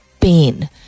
pain